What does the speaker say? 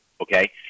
okay